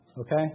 Okay